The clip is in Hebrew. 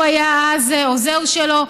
הוא היה אז העוזר שלו.